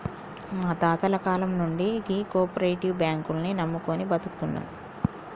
మా తాతల కాలం నుండి గీ కోపరేటివ్ బాంకుల్ని నమ్ముకొని బతుకుతున్నం